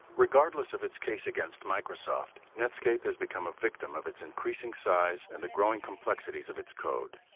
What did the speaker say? regardless of its case against microsoft, netscape has become a victim of its increasing size and the growing complexities of its code,